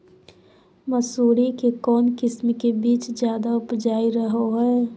मसूरी के कौन किस्म के बीच ज्यादा उपजाऊ रहो हय?